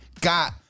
got